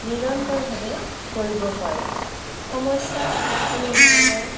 নিৰন্তৰভাৱে কৰিব পাৰোঁ সমস্যা কোনো ধৰণৰ